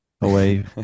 away